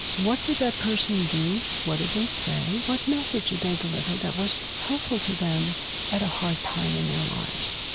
what did that person do? what did they say? what message did they deliver that was helpful to them at a hard time in their lives?